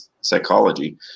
psychology